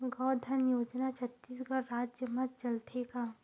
गौधन योजना छत्तीसगढ़ राज्य मा चलथे का?